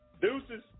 Deuces